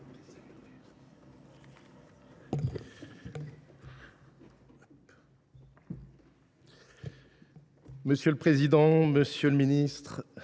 Monsieur le président, monsieur le ministre,